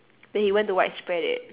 then he went to widespread it